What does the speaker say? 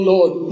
Lord